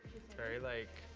it's very, like,